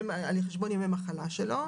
על חשבון ימי המחלה שלו.